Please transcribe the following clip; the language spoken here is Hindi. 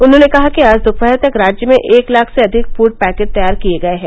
उन्होंने कहा कि आज दोपहर तक राज्य में एक लाख से अधिक फूड पैकेट तैयार किए गए हैं